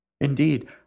Indeed